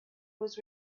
was